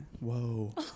Whoa